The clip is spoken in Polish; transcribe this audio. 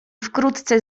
wkrótce